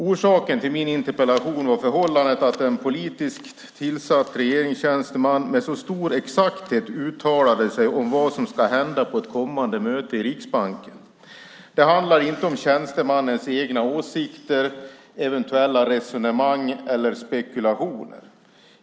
Orsaken till min interpellation är förhållandet att en politiskt tillsatt regeringstjänsteman med stor exakthet uttalade sig om vad som skulle hända på ett kommande möte i Riksbanken. Det handlar inte om tjänstemannens egna åsikter, eventuella resonemang eller spekulationer.